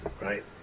right